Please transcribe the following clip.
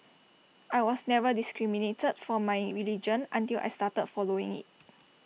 I was never discriminated for my religion until I started following IT